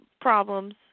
problems